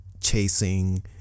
chasing